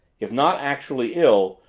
if not actually ill,